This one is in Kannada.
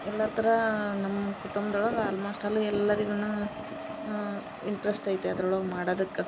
ಎಲ್ಲಾ ಥರ ನಮ್ಮ ಕುಟುಂಬದೊಳಗ ಆಲ್ಮೋಸ್ಟ್ ಅಲ್ ಎಲ್ಲರಿಗುನೂ ಇಂಟ್ರೆಸ್ಟ್ ಐತಿ ಅದ್ರೊಳಗೆ ಮಾಡದಕ್ಕ